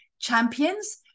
champions